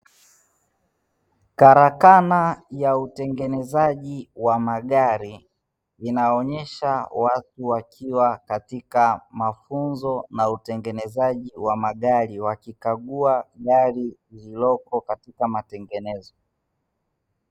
Karakana ya utengenezaji wa magari inaonyesha watu wakiwa katika mafunzo ya utengenezaji wa magari, wakikagua gari lililopo katika matengenezo.